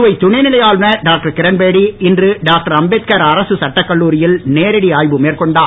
புதுவை துணைநிலை ஆளுநர் டாக்டர் கிரண்பேடி இன்று டாக்டர் அம்பேத்கர் அரசு சட்டக் கல்லூரியில் நேரடி ஆய்வு மேற்கொண்டார்